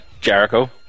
Jericho